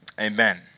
Amen